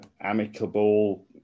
amicable